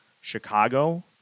Chicago